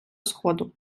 сходу